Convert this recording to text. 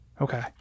okay